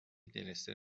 دلستر